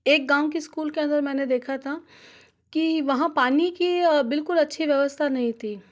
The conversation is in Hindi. एक गाँव के इस्कूल के अंदर मैंने देखा था कि वहाँ पानी की बिल्कुल अच्छी व्यवस्था नहीं थी